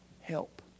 help